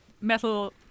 Metal